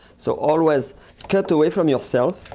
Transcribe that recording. so always cut away from yourself.